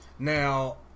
Now